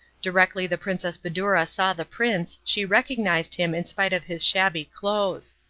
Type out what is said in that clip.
directly the princess badoura saw the prince she recognised him in spite of his shabby clothes.